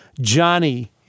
Johnny